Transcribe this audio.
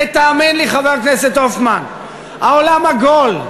ותאמין לי, חבר הכנסת הופמן, העולם עגול.